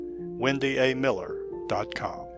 wendyamiller.com